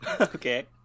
okay